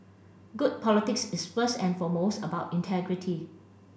good politics is first and foremost about integrity